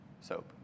soap